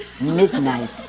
midnight